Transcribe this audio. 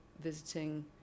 visiting